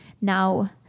now